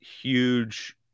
huge –